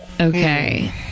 Okay